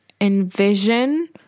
envision